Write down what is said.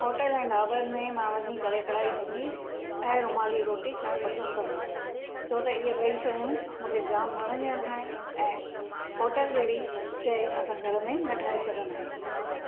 hotel ऐं ढाबनि में मां वञी करे कढ़ाई पनीर ऐं रुमाली रोटी खाइण पसंदि कंदमि छो त इहे ॿई शयूं मूंखे जाम वणंदियूं आहिनि खाइण में ऐं होटल जहिड़ी शइ असां घर में न ठाहे सघंदा आहियूं